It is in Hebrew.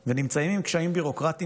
לכאן ונמצאים עם קשיים ביורוקרטיים